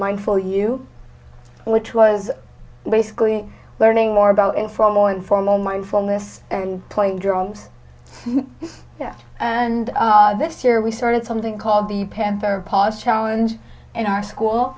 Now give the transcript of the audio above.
for you which was basically learning more about informal informal mindfulness and playing drums yeah and this year we started something called the panther paws challenge in our school